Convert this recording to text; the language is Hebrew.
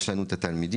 יש לנו את התלמידים,